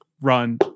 Run